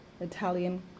Italian